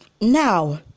Now